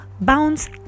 bounce